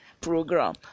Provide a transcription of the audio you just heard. program